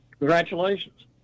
Congratulations